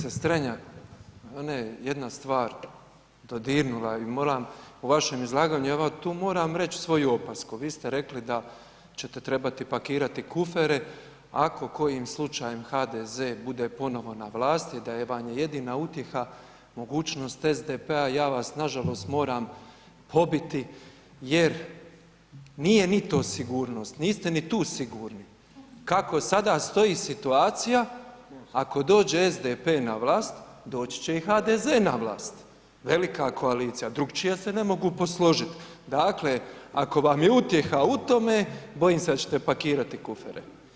Kolegice Strenja, ne jedna stvar dodirnula i moram u vašem izlaganju evo tu moram reć svoju opasku, vi ste rekli da ćete trebati pakirati kufere ako kojim slučajem HDZ bude ponovo na vlasti da vam je jedina utjeha mogućnost SDP-a, ja vas nažalost moram pobiti jer nije ni to sigurnost, niste ni tu sigurni, kako sada stoji situacija ako dođe SDP na vlast, doći će i HDZ na vlast, velika koalicija, drukčije se ne mogu posložit, dakle ako vam je utjeha u tome bojim se da ćete pakirati kufere.